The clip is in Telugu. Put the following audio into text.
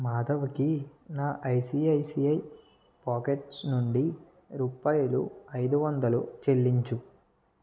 మాధవకి నా ఐసి ఐసిఐ పొకెట్స్ నుండి రూపాయిలు ఐదు వందలు చెల్లించు